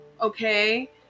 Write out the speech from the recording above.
okay